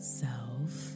self